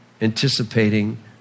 anticipating